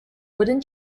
wooden